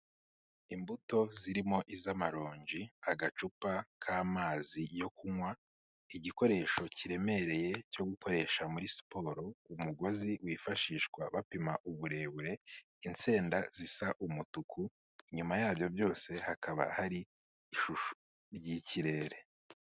Imbuto zirimo iz'amaronji, agacupa k'amazi yo kunywa, igikoresho kiremereye cyo gukoresha muri siporo, umugozi wifashishwa bapima uburebure, insenda zisa umutuku, inyuma yabyo byose hakaba hari ishusho ry'ikirere.